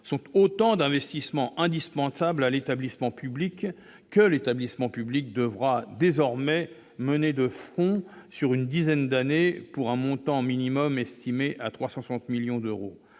sont autant d'investissements indispensables que l'établissement public devra désormais mener de front sur une dizaine d'années, pour un montant minimum estimé à 360 millions d'euros.